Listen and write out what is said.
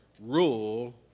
rule